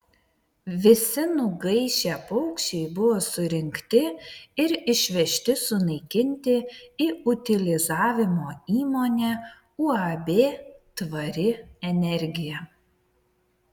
visi nugaišę paukščiai buvo surinkti ir išvežti sunaikinti į utilizavimo įmonę uab tvari energija